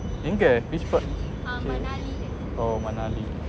india which part oh manali